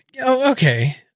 okay